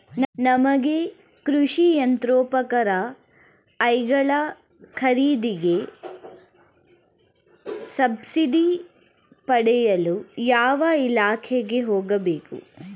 ನಮಗೆ ಕೃಷಿ ಯಂತ್ರೋಪಕರಣಗಳ ಖರೀದಿಗೆ ಸಬ್ಸಿಡಿ ಪಡೆಯಲು ಯಾವ ಇಲಾಖೆಗೆ ಹೋಗಬೇಕು?